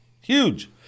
Huge